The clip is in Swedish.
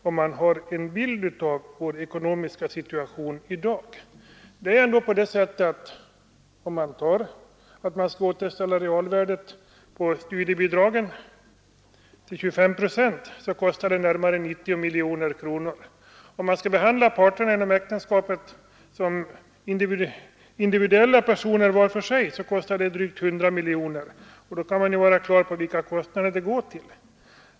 Vi har ju en ekonomisk situation i dag som gör att alla kostnader måste prövas. Skall man återställa realvärdet på studiebidragen till 25 procent kostar det närmare 90 miljoner kronor. Om man skall behandla parterna inom äktenskapet som individuella personer var för sig kostar det drygt 100 miljoner enligt uppgift. Det visar vilka kostnader det rör sig om.